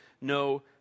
no